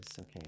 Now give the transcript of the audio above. okay